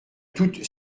toute